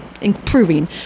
improving